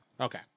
okay